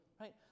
right